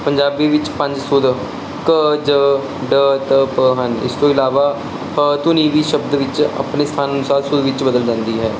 ਪੰਜਾਬੀ ਵਿੱਚ ਪੰਜ ਸੌ ਕ ਜ ਡ ਤ ਪ ਹਨ ਇਸ ਤੋਂ ਇਲਾਵਾ ਧੁਨੀ ਵੀ ਸ਼ਬਦ ਵਿੱਚ ਆਪਣੇ ਸਥਾਨ ਅਨੁਸਾਰ ਸੁਰ ਵਿੱਚ ਬਦਲ ਜਾਂਦੀ ਹੈ